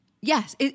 Yes